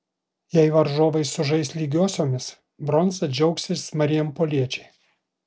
jei varžovai sužais lygiosiomis bronza džiaugsis marijampoliečiai